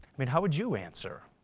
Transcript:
i mean how would you answer?